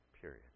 Period